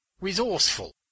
resourceful